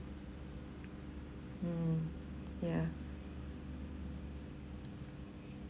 hmm yeah